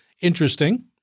interesting